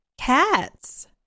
Cats